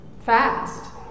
fast